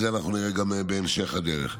את זה נראה גם בהמשך הדרך.